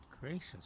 Gracious